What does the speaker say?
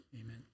Amen